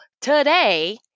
today